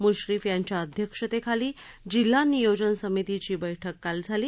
मुश्रीफ यांच्या अध्यक्षतेखाली जिल्हा नियोजन समितीची बक्क काल झाली